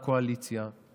ולקואליציה